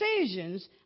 decisions